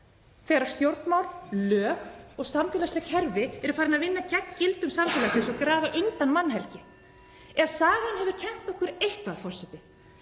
þegar stjórnmál, lög og samfélagsleg kerfi eru farin að vinna gegn gildum samfélagsins og grafa undan mannhelgi. (Forseti hringir.) Ef sagan hefur kennt okkur eitthvað, forseti,